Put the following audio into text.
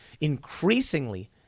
increasingly